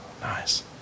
Nice